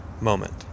moment